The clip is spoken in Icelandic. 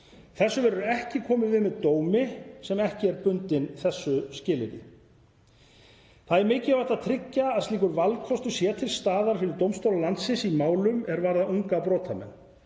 Þessu verður ekki komið við með dómi sem ekki er bundinn þessu skilyrði. Mikilvægt er að tryggja að slíkur valkostur sé til staðar fyrir dómstóla landsins í málum sem varða unga brotamenn.